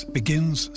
begins